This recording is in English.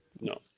No